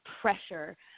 pressure